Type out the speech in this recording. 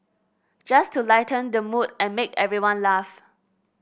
just to lighten the mood and make everyone laugh